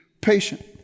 patient